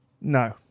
No